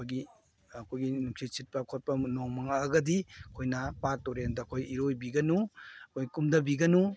ꯑꯩꯈꯣꯏꯒꯤ ꯑꯩꯈꯣꯏꯒꯤ ꯅꯨꯡꯁꯤꯠ ꯁꯤꯠꯄ ꯈꯣꯠꯄ ꯅꯣꯡ ꯃꯪꯉꯛꯑꯒꯗꯤ ꯑꯩꯈꯣꯏꯅ ꯄꯥꯠ ꯇꯨꯔꯦꯟꯗ ꯑꯩꯈꯣꯏ ꯏꯔꯣꯏꯕꯤꯒꯅꯨ ꯑꯩꯈꯣꯏ ꯀꯨꯝꯗꯕꯤꯒꯅꯨ